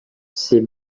ces